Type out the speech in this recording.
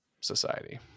society